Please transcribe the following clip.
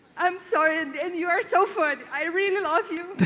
i'm sorry and and you are so fun. i read it and off you.